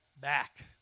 back